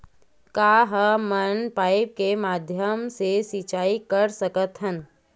का हमन पाइप के माध्यम से सिंचाई कर सकथन?